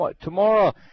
tomorrow